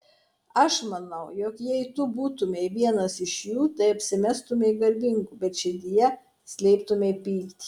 aš manau jog jei tu būtumei vienas iš jų tai apsimestumei garbingu bet širdyje slėptumei pyktį